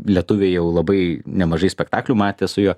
lietuviai jau labai nemažai spektaklių matę su juo